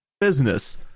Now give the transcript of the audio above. business